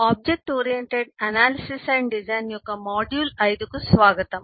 object oriented analysis and design యొక్క module 5 కు స్వాగతం